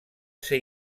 ser